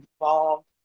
involved